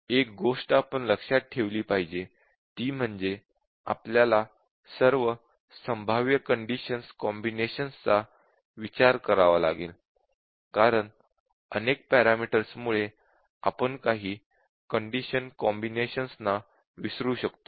एक गोष्ट आपण लक्षात ठेवली पाहिजे ती म्हणजे आपल्याला सर्व संभाव्य कंडिशन्स कॉम्बिनेशन्स चा विचार करावा लागेल कारण अनेक पॅरामीटर्स मुळे आपण काही कंडिशन कॉम्बिनेशन्स ना विसरू शकतो